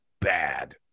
bad